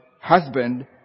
husband